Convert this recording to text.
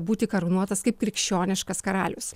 būti karūnuotas kaip krikščioniškas karalius